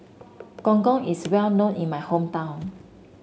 Gong Gong is well known in my hometown